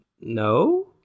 no